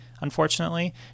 unfortunately